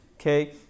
okay